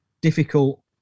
difficult